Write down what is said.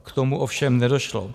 K tomu ovšem nedošlo.